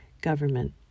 government